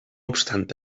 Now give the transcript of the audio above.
obstant